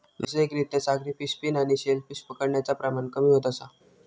व्यावसायिक रित्या सागरी फिन फिश आणि शेल फिश पकडण्याचा प्रमाण कमी होत असा